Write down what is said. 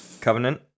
Covenant